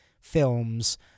films